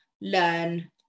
learn